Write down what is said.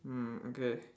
mm okay